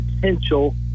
potential